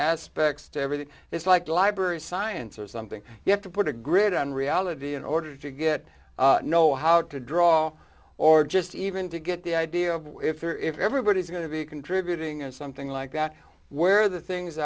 aspects to everything it's like library science or something you have to put a grid on reality in order to get know how to draw or just even to get the idea of where if they're if everybody's going to be contributing or something like that where the things